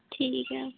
ठीक ऐ